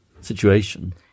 situation